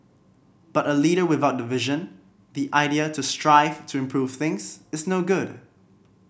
but a leader without the vision the idea to strive to improve things is no good